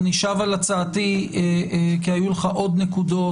אני שב על הצעתי כי היו לך עוד נקודות,